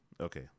Okay